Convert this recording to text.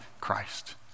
Christ